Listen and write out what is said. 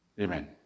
Amen